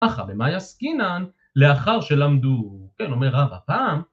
ככה במאי עסקינן, לאחר שלמדו, כן אומר, רב הפעם...